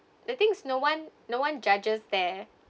the thing is no one no one judges there